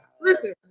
Listen